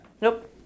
nope